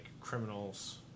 criminals